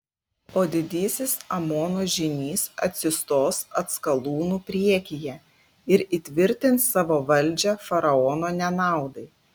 o didysis amono žynys atsistos atskalūnų priekyje ir įtvirtins savo valdžią faraono nenaudai